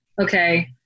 okay